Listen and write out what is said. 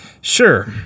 Sure